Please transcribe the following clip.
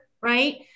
right